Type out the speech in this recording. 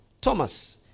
Thomas